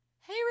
hey